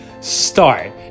Start